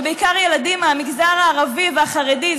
ובעיקר ילדים מהמגזר הערבי והחרדי,